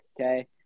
Okay